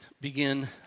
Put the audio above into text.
begin